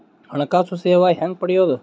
ಹಣಕಾಸು ಸೇವಾ ಹೆಂಗ ಪಡಿಯೊದ?